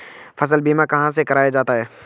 फसल बीमा कहाँ से कराया जाता है?